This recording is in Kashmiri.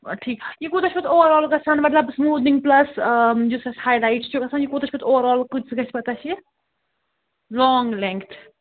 آ ٹھیٖک یہِ کوٗتاہ چھُ پَتہٕ اَوٚوَر آل گژھان مطلب سُموٗدِنٛگ پُلَس یُس اَسہِ ہاے لایِٹ چھُ گژھان یہِ کوٗتاہ چھِ پَتہٕ اَوٚوَر آل کۭتِس گژھِ پَتہٕ اَسہِ یہِ لانٛگ لیٚنٛگتھ